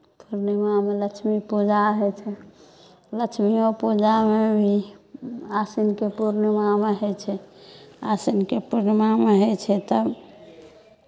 पूर्णिमामे लक्ष्मी पूजा होइ छै लक्ष्मीओ पूजामे भी आशिनके पूर्णिमामे होइ छै आशिनके पूर्णिमामे होइ छै तब